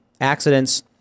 Accidents